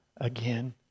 again